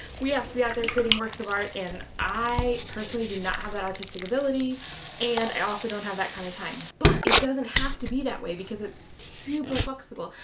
we have to be out there creating works of art. and i personally do not have that artistic ability and i also don't have that kind of time. but it doesn't have to be that way because it's super flexible.